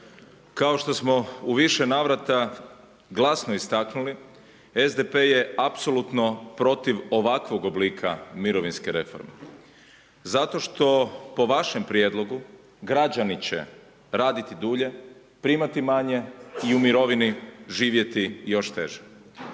Kao što smo u više navrata glasno istaknuli, SDP je apsolutno protiv ovakvog oblika mirovinske reforme zato što po vašem prijedlogu građani će raditi dulje, primati manje i u mirovini živjeti još teže.